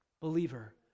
believer